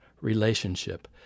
relationship